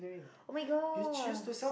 oh-my-god